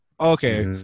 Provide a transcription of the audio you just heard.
Okay